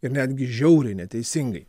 ir netgi žiauriai neteisingai